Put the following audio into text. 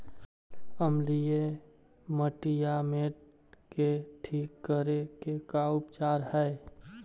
अमलिय मटियामेट के ठिक करे के का उपचार है?